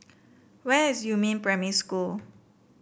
where is Yumin Primary School